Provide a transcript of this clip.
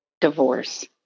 divorce